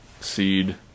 Seed